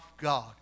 God